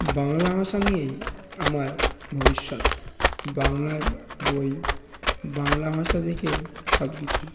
বাংলা ভাষা নিয়েই আমার ভবিষ্যৎ বাংলার বই বাংলা ভাষা থেকেই সব কিছু